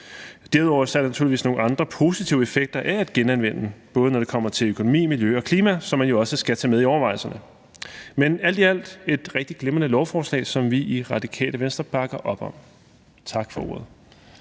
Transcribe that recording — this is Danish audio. Derudover er der naturligvis nogle andre positive effekter af at genanvende, når det kommer til både økonomi, miljø og klima, som man jo også skal tage med i overvejelserne. Men alt i alt er det et rigtig glimrende lovforslag, som vi i Radikale Venstre bakker op om. Tak for ordet.